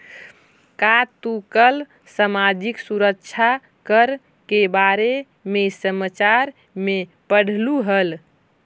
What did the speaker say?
का तू कल सामाजिक सुरक्षा कर के बारे में समाचार में पढ़लू हल